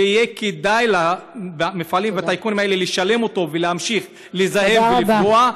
שיהיה כדאי למפעלים ולטייקונים האלה לשלם אותו ולהמשיך לזהם ולפגוע,